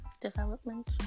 Development